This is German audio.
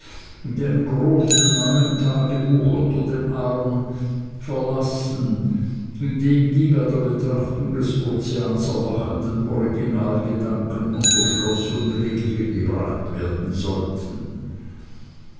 einem großen neuen tagebuch unter dem arm verlassen in dem die bei der betrachtung des ozeans erwachenden originalgedanken unter schloß und riegel gebracht werden sollten